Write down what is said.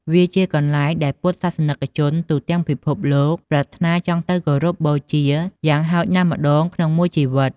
វាជាកន្លែងដែលពុទ្ធសាសនិកជនទូទាំងពិភពលោកប្រាថ្នាចង់ទៅគោរពបូជាយ៉ាងហោចណាស់ម្ដងក្នុងមួយជីវិត។